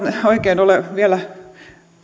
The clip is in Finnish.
oikein ole vielä